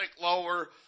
lower